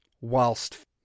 whilst